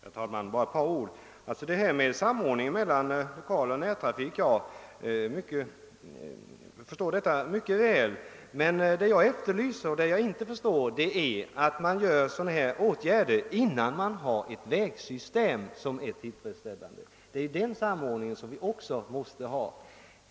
Herr talman! Bara ett par ord! Jag förstår samordningen mellan l1okaloch närtrafik mycket väl, men vad jag efterlyser är varför man vidtar sådana åtgärder innan man har ett vägsystem som är tillfredsställande. Det är ju den samordningen som vi också måste ha.